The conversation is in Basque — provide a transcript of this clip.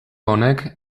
honek